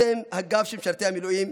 אתם הגב של משרתי המילואים,